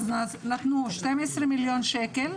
אז נתנו 12 מיליון שקל.